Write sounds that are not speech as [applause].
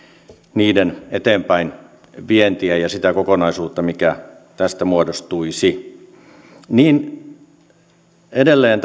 niiden eteenpäinvientiä ja sitä kokonaisuutta mikä tästä muodostuisi edelleen [unintelligible]